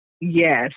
Yes